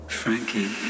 frankie